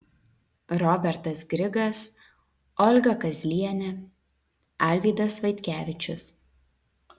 robertas grigas olga kazlienė alvydas vaitkevičius